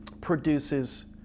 produces